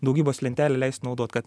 daugybos lentelę leist naudot kad